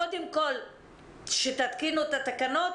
קודם כל שתתקינו את התקנות